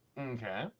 Okay